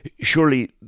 surely